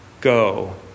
Go